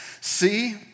See